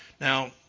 Now